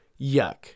Yuck